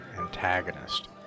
antagonist